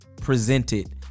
presented